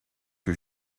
que